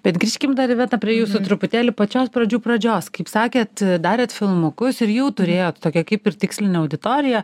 bet grįžkim dar iveta prie jūsų truputėlį pačios pradžių pradžios kaip sakėt darėt filmukus ir jau turėjot tokią kaip ir tikslinę auditoriją